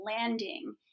landing